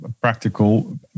practical